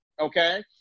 Okay